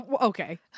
Okay